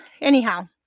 Anyhow